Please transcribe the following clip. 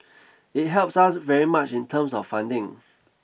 it helps us very much in terms of funding